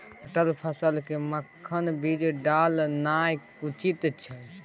मटर फसल के कखन बीज डालनाय उचित छै?